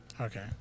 Okay